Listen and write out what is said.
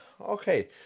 Okay